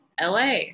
LA